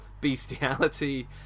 bestiality